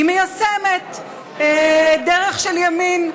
והיא מיישמת דרך של ימין.